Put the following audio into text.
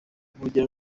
rugendo